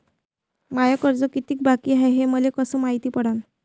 माय कर्ज कितीक बाकी हाय, हे मले कस मायती पडन?